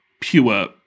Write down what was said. pure